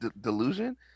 delusion